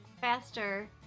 faster